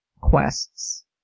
quests